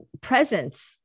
presence